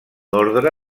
ordre